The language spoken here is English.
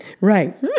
Right